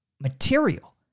material